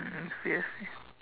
I see I see